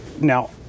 Now